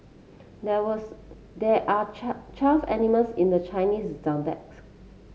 there was there are twelve animals in the Chinese Zodiac